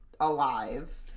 alive